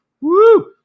Woo